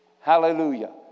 Hallelujah